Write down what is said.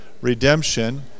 redemption